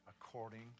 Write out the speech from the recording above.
according